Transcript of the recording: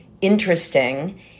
interesting